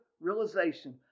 realization